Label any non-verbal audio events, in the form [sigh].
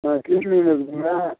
ஆ [unintelligible] மீனு இருக்குதுங்க